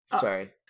sorry